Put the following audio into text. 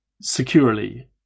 securely